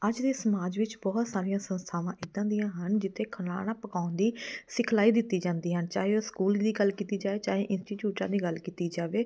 ਅੱਜ ਦੇ ਸਮਾਜ ਵਿੱਚ ਬਹੁਤ ਸਾਰੀਆਂ ਸੰਸਥਾਵਾਂ ਇੱਦਾਂ ਦੀਆਂ ਹਨ ਜਿੱਥੇ ਖਾਣਾ ਪਕਾਉਣ ਦੀ ਸਿਖਲਾਈ ਦਿੱਤੀ ਜਾਂਦੀ ਹਨ ਚਾਹੇ ਉਹ ਸਕੂਲ ਦੀ ਗੱਲ ਕੀਤੀ ਜਾਏ ਚਾਹੇ ਇੰਸਟੀਚਿਊਟਾਂ ਦੀ ਗੱਲ ਕੀਤੀ ਜਾਵੇ